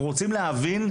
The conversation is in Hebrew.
אנחנו רוצים להבין,